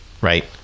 Right